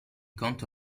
conto